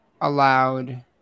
allowed